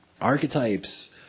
archetypes